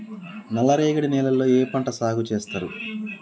నల్లరేగడి నేలల్లో ఏ పంట సాగు చేస్తారు?